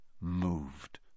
moved